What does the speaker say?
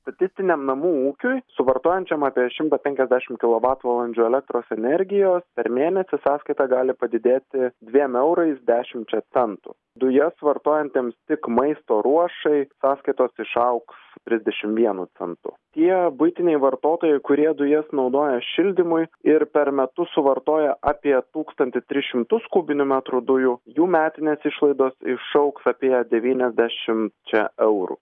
statistiniam namų ūkiui suvartojančiam apie šimtą penkiasdešimt kilovatvalandžių elektros energijos per mėnesį sąskaita gali padidėti dviem eurais dešimčia centų dujas vartojantiems tik maisto ruošai sąskaitos išaugs trisdešimt vienu centu tie buitiniai vartotojai kurie dujas naudoja šildymui ir per metus suvartoja apie tūkstantį tris šimtus kubinių metrų dujų jų metinės išlaidos išaugs apie devyniasdešimčia eurų